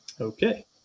okay